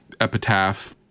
Epitaph